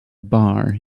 bar